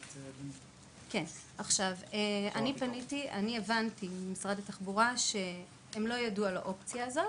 אני הבנתי ממשרד התחבורה שהם לא ידעו על האופציה הזו.